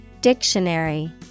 Dictionary